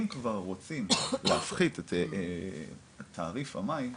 אם כבר רוצים להפחית את תעריף המים,